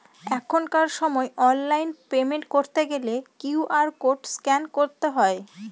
এখনকার সময় online payment করতে গেলে কিউ.আর কোড স্ক্যান করতে হয়